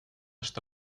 что